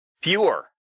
fewer